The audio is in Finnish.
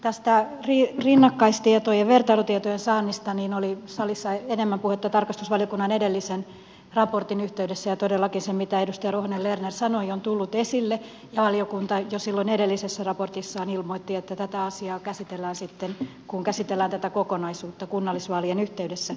tästä rinnakkaistietojen vertailutietojen saannista oli salissa enemmän puhetta tarkastusvaliokunnan edellisen raportin yhteydessä ja todellakin se mitä edustaja ruohonen lerner sanoi on tullut esille ja valiokunta jo silloin edellisessä raportissaan ilmoitti että tätä asiaa käsitellään sitten kun käsitellään tätä kokonaisuutta kunnallisvaalien yhteydessä